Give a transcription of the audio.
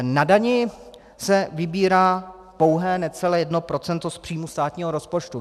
Na dani se vybírá pouhé necelé 1 % z příjmu státního rozpočtu.